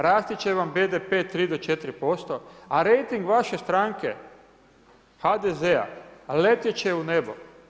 Rast će vam BDP 3 do 4%, a reiting vaše stranke HDZ-a letjet će u nebo.